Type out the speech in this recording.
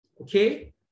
okay